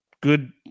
good